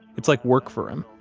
it's like work for him,